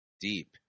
deep